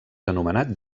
anomenat